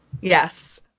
Yes